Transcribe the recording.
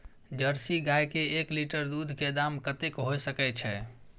Jersey गाय के एक लीटर दूध के दाम कतेक होय सके छै?